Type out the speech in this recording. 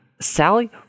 Sally